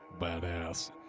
Badass